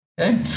okay